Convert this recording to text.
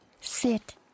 Sit